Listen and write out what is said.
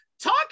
Talk